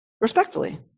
Respectfully